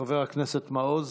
חבר הכנסת מעוז.